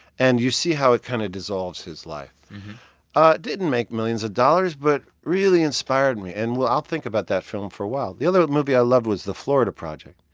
and you see how it kind of dissolves his life. ah it didn't make millions of dollars, but really inspired me. and i'll think about that film for a while. the other movie i loved was the florida project,